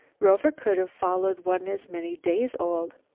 rover could have followed one as many days old.